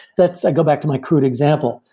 let's go back to my crude example.